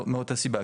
מאותה סיבה,